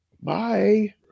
Bye